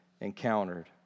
encountered